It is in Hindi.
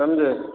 समझे